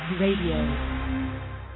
RADIO